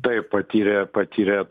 taip patyrė patyrė